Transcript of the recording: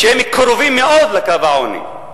שהם קרובים מאוד לקו העוני,